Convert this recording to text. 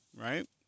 right